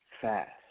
fast